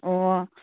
ꯑꯣ